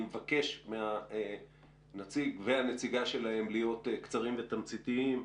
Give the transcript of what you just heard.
אני מבקש מהנציג והנציגה שלהם להיות קצרים ותמציתיים.